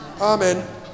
Amen